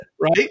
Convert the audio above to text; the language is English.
Right